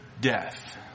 death